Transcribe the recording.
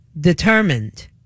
determined